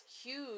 huge